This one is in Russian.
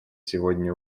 сегодня